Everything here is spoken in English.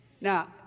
Now